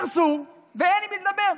קרסו, ואין עם מי לדבר.